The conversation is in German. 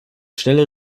schnelle